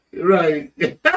Right